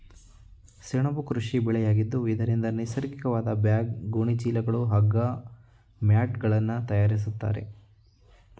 ಸೆಣಬು ಕೃಷಿ ಬೆಳೆಯಾಗಿದ್ದು ಇದರಿಂದ ನೈಸರ್ಗಿಕವಾದ ಬ್ಯಾಗ್, ಗೋಣಿ ಚೀಲಗಳು, ಹಗ್ಗ, ಮ್ಯಾಟ್ಗಳನ್ನು ತರಯಾರಿಸ್ತರೆ